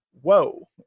Whoa